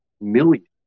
millions